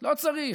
לא צריך.